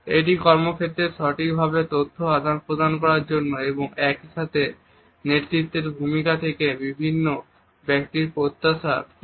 এটি কর্মক্ষেত্রে সঠিকভাবে তথ্য আদান প্রদানের জন্য এবং একইসাথে নেতৃত্বের ভূমিকা থেকে বিভিন্ন ব্যক্তির প্রত্যাশা কী